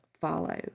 follow